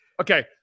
Okay